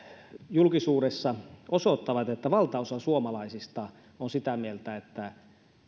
julkisuudessa osoittavat että valtaosa suomalaista on sitä mieltä että